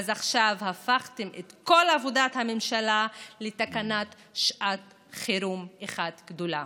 אז עכשיו הפכתם את כל עבודת הממשלה לתקנת שעת חירום אחת גדולה.